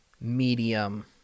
medium